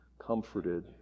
comforted